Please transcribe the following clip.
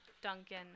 Duncan